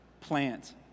plant